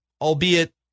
albeit